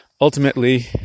Ultimately